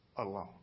alone